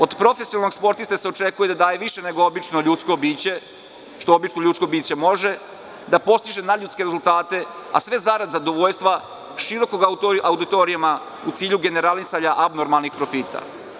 Od profesionalnog sportiste se očekuje da daje više nego obično ljudsko biće, što obično ljudsko biće može, da postiže nadljudske rezultate, a sve zarad zadovoljstva širokog auditorijuma u cilju generalisanja abnormalni profita.